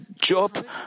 Job